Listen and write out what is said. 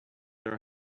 our